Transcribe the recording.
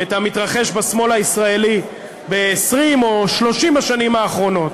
את המתרחש בשמאל הישראלי ב-20 או 30 השנים האחרונות.